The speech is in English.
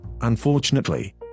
Unfortunately